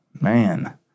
Man